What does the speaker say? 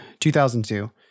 2002